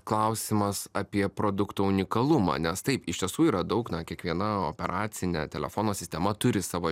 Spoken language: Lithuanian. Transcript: klausimas apie produkto unikalumą nes taip iš tiesų yra daug na kiekviena operacinė telefono sistema turi savo